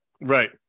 Right